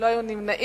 לא היו נמנעים.